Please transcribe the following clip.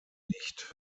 nicht